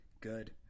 good